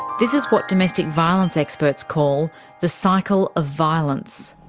this is what domestic violence experts call the cycle of violence.